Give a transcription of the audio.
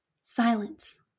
Silence